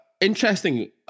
interesting